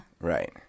Right